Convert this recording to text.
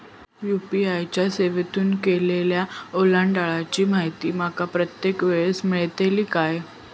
UPI च्या सेवेतून केलेल्या ओलांडाळीची माहिती माका प्रत्येक वेळेस मेलतळी काय?